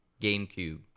GameCube